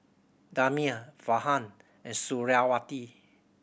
Damia Farhan and Suriawati